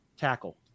tackle